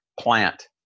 plant